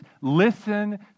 Listen